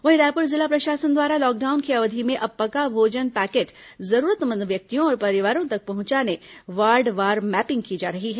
वहीं रायपुर जिला प्रशासन द्वारा लॉकडाउन की अवधि में अब पका भोजन पैकेट जरूरतमंद व्यक्तियों और परिवारों तक पहुंचाने वार्डवार मैंपिंग की जा रही है